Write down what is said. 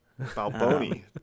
balboni